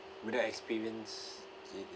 without experience it it